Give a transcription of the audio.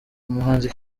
umuhanzi